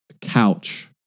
couch